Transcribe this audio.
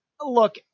Look